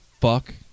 fuck